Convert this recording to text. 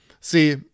See